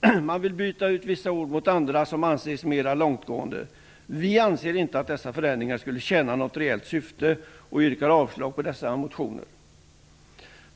De vill byta ut vissa ord mot andra som anses mera långtgående. Vi anser inte att dessa förändringar skulle tjäna något rejält syfte och yrkar avslag på dessa reservationer.